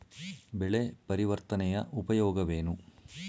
ಬೆಳೆ ಪರಿವರ್ತನೆಯ ಉಪಯೋಗವೇನು?